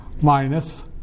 minus